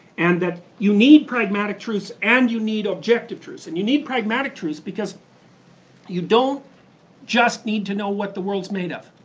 and that you need pragmatic truths and you need objective truths, and you need pragmatic truths because you don't just need to know what the world's made of.